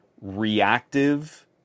reactive